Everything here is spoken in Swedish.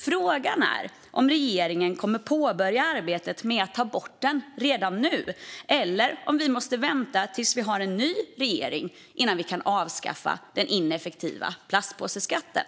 Frågan är om regeringen kommer att påbörja arbetet med att ta bort den redan nu eller om vi måste vänta tills vi har en ny regering innan vi kan avskaffa den ineffektiva plastpåseskatten.